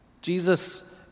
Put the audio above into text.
Jesus